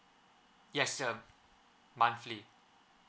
yes monthly